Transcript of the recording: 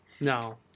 No